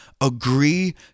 agree